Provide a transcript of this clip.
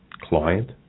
client